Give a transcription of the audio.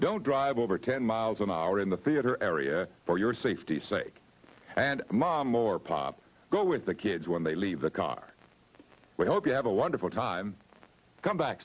don't drive over ten miles an hour in the theater area for your safety's sake and mom or pop go with the kids when they leave the car we hope you have a wonderful time come back